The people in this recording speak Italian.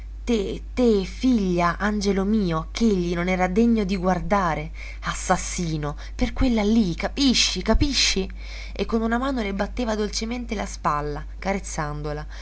figlia angelo mio ch'egli non era degno di guardare assassino per quella lì capisci capisci e con una mano le batteva dolcemente la spalla carezzandola